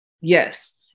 Yes